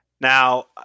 Now